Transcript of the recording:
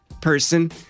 person